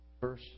Verse